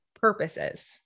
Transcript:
Purposes